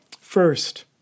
first